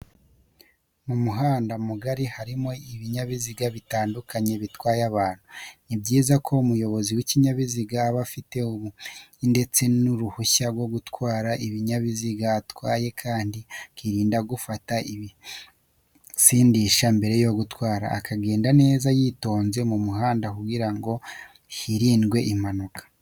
Mu muhanda mugari harimo ibinyabiziga bitandukanye bitwaye abantu, ni byiza ko umuyobozi w'ikinyabiziga aba afite ubumenyi ndetse n'uruhushya rwo gutwara ikinyabiziga atwaye kandi akirinda gufata ibisindisha mbere yo gutwara, akagenda neza yitonze mu muhanda kugira ngo hirindwe impanuka.